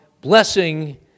blessing